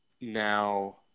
Now